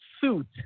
suit